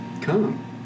come